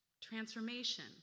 transformation